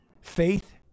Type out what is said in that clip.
Faith